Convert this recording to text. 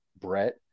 Brett